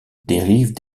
dérivent